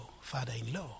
father-in-law